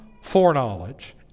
foreknowledge